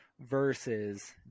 versus